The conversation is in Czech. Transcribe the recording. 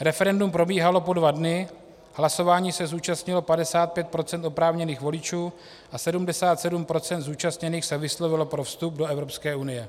Referendum probíhalo po dva dny, hlasování se zúčastnilo 55 % oprávněných voličů a 77 % zúčastněných se vyslovilo pro vstup do EU.